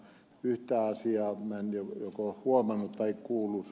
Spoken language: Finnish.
yhtä asiaa minä en joko huomannut tai kuullut